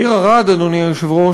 העיר ערד, אדוני היושב-ראש,